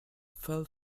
fell